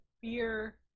fear